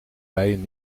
bijen